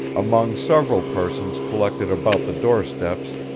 among several persons collected about the doorsteps,